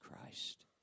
Christ